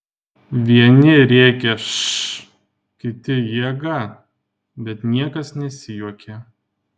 vieni rėkė š kiti jėga bet niekas nesijuokė